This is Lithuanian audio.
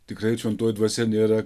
tikrai šventoji dvasia nėra